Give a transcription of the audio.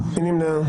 מי נמנע?